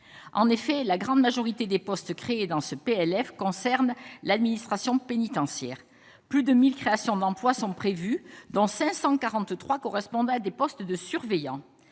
en effet, la grande majorité des postes créés dans ce PLF concerne l'administration pénitentiaire, plus de 1000 créations d'emplois sont prévues, dont 543 correspondent à des postes de surveillants